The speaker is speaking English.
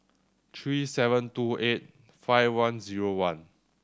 three seven two eight five one zero one